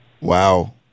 Wow